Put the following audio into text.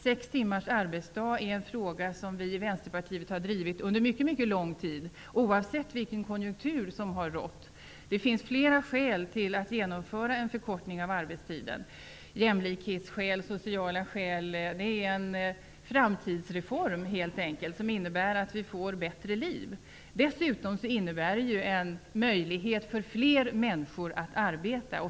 Sex timmars arbetsdag är en fråga som vi i Vänsterpartiet har drivit under mycket lång tid, oavsett vilken konjunktur som rått. Det finns flera skäl till att genomföra en förkortning av arbetstiden: bl.a. jämlikhetskäl och sociala skäl. Det är helt enkelt en framtidsreform, som innebär att vi får bättre liv. Dessutom innebär det en möjlighet för fler människor att arbeta.